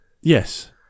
Yes